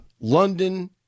London